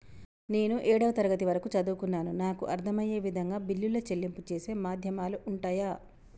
నేను ఏడవ తరగతి వరకు చదువుకున్నాను నాకు అర్దం అయ్యే విధంగా బిల్లుల చెల్లింపు చేసే మాధ్యమాలు ఉంటయా?